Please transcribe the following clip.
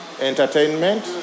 Entertainment